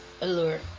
allure